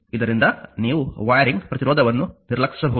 ಇದರಿಂದ ನೀವು ವೈರಿಂಗ್ ಪ್ರತಿರೋಧವನ್ನು ನಿರ್ಲಕ್ಷಿಸಬಹುದು